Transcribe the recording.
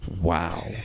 wow